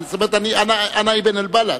אנא אבן אל-בלאד.